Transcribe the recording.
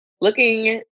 looking